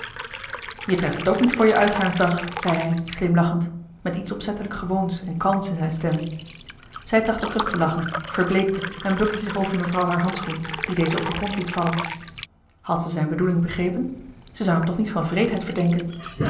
jij treft het ook niet voor je uitgaansdag zei hij glimlachend met iets opzettelijk gewoons en kalms in zijn stem zij trachtte te glimlachen verbleekte en bukte zich over mevrouw haar handschoen dien deze op den grond liet vallen had zij zijn bedoeling begrepen ze zou hem toch niet van wreedheid verdenken